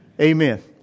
Amen